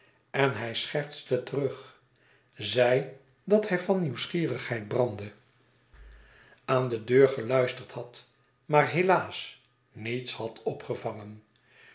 en hij schertste terug zei dat hij van nieuwsgierigheid brandde aan de deur geluisterd had maar helaas niets had opgevangen